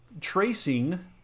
tracing